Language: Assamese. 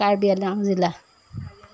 কাৰ্বি আলং জিলা